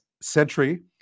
century